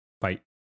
fight